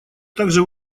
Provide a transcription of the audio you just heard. также